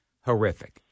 horrific